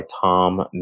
Tom